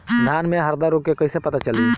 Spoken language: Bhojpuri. धान में हरदा रोग के कैसे पता चली?